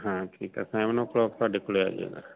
ਹਾਂ ਠੀਕ seven o'clock ਤੁਹਾਡੇ ਕੋਲੇ ਆ ਜਾਏਗਾ